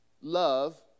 love